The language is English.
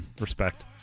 respect